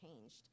changed